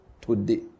today